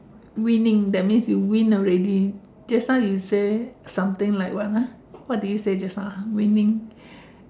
winning that means you win already just now you say something like what ah what did you say just now ah winning